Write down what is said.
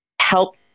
help